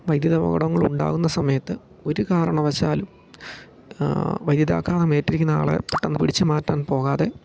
വൈദ്യുത അപകടങ്ങൾ ഉണ്ടാകുന്ന സമയത്ത് ഒരു കാരണവശാലും വൈദ്യുത ആഘാതമേറ്റിരിക്കുന്ന ആളെ പെട്ടെന്ന് പിടിച്ചു മാറ്റാൻ പോകാതെ